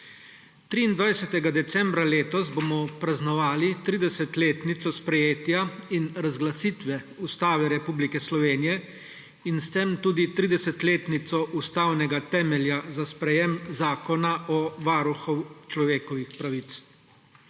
23. decembra letos bomo praznovali 30-letnico sprejetja in razglasitve Ustave Republike Slovenije in s tem tudi 30-letnico ustavnega temelja za sprejetje Zakona o varuhu človekovih pravic.